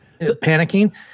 panicking